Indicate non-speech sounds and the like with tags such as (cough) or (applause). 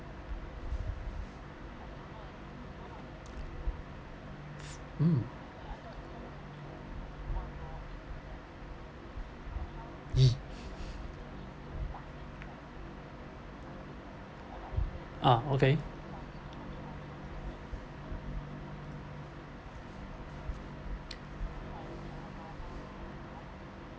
mm (noise) ah okay